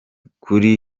kuri